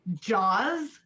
JAWS